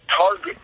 target